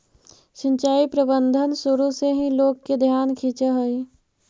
सिंचाई प्रबंधन शुरू से ही लोग के ध्यान खींचऽ हइ